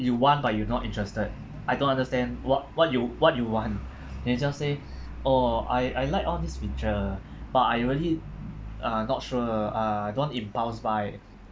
you want but you not interested I don't understand what what you what you want you can just say oh I I like all this picture but I really uh not sure uh don't want impulse buy